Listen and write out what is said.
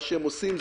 מה שהם עושים,